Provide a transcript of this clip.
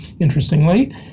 interestingly